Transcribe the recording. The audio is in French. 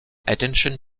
attention